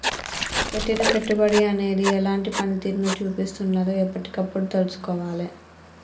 పెట్టిన పెట్టుబడి అనేది ఎలాంటి పనితీరును చూపిస్తున్నదో ఎప్పటికప్పుడు తెల్సుకోవాలే